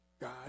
God